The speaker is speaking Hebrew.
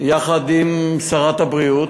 יחד עם שרת הבריאות.